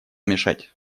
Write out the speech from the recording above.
мешать